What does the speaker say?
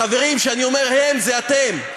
חברים, כשאני אומר "הם", זה אתם,